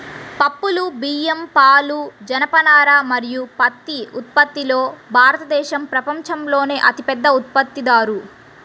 పప్పులు, బియ్యం, పాలు, జనపనార మరియు పత్తి ఉత్పత్తిలో భారతదేశం ప్రపంచంలోనే అతిపెద్ద ఉత్పత్తిదారు